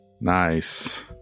nice